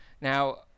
Now